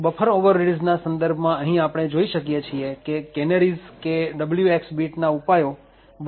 buffer overreads ના સંદર્ભમાં અહીં આપણે જોઈ શકીએ છીએ કે કેનેરીઝ કે WX બીટ ના ઉપાયો બફર ઓવરરીડ્સ ને રોકી શકશે નહિ